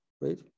right